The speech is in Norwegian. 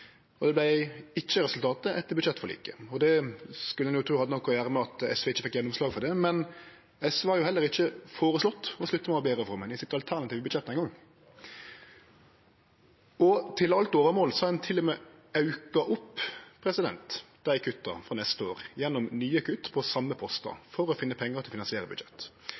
resultatet etter budsjettforliket. Det skulle ein tru hadde noko å gjere med at SV ikkje fekk gjennomslag for det, men SV har ikkje føreslått å slutte med ABE-reforma i det alternative budsjettet sitt eingong. Til alt overmål har ein til og med auka kutta for neste år gjennom nye kutt på same postar for å finne pengar til å finansiere